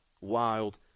wild